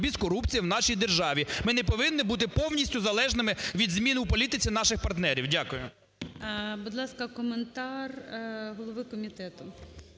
з корупцією в нашій державі. Ми не повинні бути повністю залежними від змін у політиці наших партнерів. Дякую. ГОЛОВУЮЧИЙ. Будь ласка, коментар голови комітету.